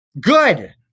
Good